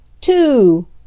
Two